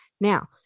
Now